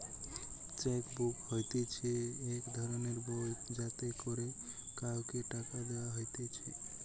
check book হতিছে এক ধরণের বই যাতে করে কাওকে টাকা দেওয়া হতিছে